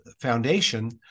foundation